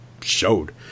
showed